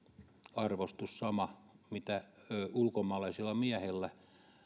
arvostus sama onko ulkomaalaisilla miehillä